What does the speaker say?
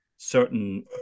certain